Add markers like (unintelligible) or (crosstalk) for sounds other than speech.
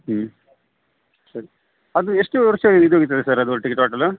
ಹ್ಞೂ ಸರಿ ಅದು ಎಷ್ಟೂ ವರ್ಷ ಇದು (unintelligible) ಸರ್ ಅದು ಒಟ್ಟಿಗೆ ಟೋಟಲು